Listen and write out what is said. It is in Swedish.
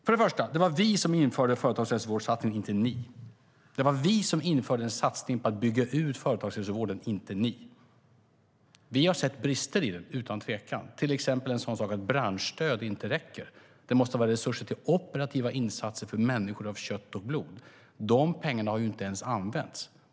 För det första: Det var vi som gjorde en satsning på att bygga ut företagshälsovården, inte ni. Vi har sett brister i den, utan tvekan, till exempel en sådan sak som att branschstöd inte räcker. Det måste vara resurser till operativa insatser för människor av kött och blod. De pengarna har inte ens använts.